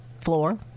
floor